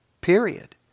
period